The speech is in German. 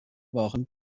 waren